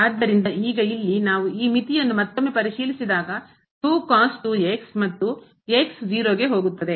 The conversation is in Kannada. ಆದ್ದರಿಂದ ಈಗ ಇಲ್ಲಿ ನಾವು ಈ ಮಿತಿಯನ್ನು ಮತ್ತೊಮ್ಮೆ ಪರಿಶೀಲಿಸಿದಾಗ ಮತ್ತು ಗೆ ಹೋಗುತ್ತದೆ